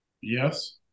Yes